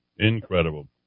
incredible